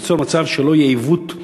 וליצור מצב שלא יהיה עיוות בתוצאות.